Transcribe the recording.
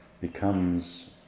becomes